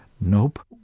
Nope